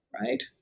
right